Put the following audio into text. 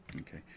Okay